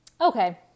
Okay